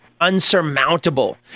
unsurmountable